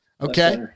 okay